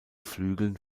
flügeln